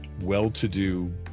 well-to-do